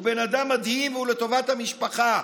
הוא בן אדם מדהים ולטובת המשפחה".